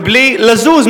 בלי לזוז,